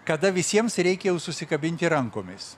kada visiems reikia jau susikabinti rankomis